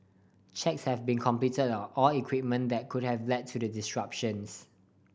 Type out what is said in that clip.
checks have been completed on all equipment that could have led to the disruptions